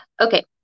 Okay